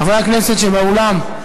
חברי הכנסת שבאולם,